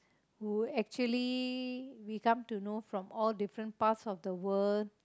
who actually we come to know from all different parts of the world